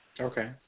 Okay